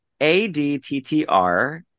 ADTTR